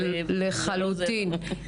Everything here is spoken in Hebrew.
לחלוטין.